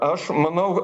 aš manau